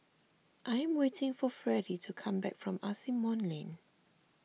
I am waiting for Fredie to come back from Asimont Lane